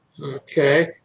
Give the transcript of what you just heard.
Okay